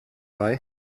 bei